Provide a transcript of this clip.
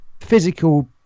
physical